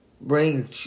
Bring